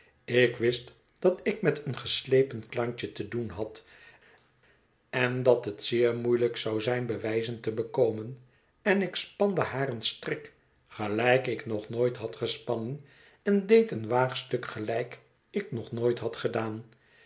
ik wist dat ik met een geslepen klantje te doen had en dat het zeer moeielijk zou zijn bewijzen te bekomen en ik spande haar een strik gelijk ik nog nooit had gespannen en deed een waagstuk gelijk ik nog nooit had gedaan